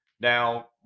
Now